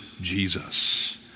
Jesus